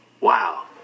wow